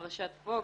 פרשת פוקס,